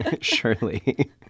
Surely